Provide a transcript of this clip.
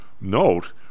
note